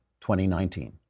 2019